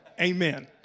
Amen